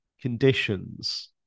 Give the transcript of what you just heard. conditions